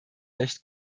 recht